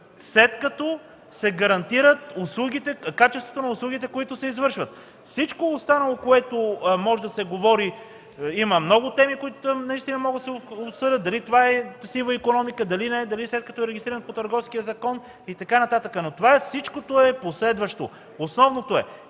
след като се гарантира качеството на услугите, които се извършват. Всичко останало, за което може да се говори – има много теми, които наистина могат да се обсъдят – дали това е сива икономика, дали не е, дали след като е регистриран по Търговския закон и така нататък, но това всичкото е последващо. Основното е: